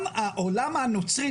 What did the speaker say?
העולם הנוצרי,